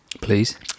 Please